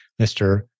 Mr